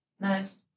Nice